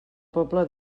pobla